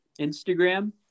Instagram